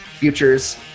futures